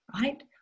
right